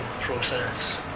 process